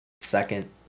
Second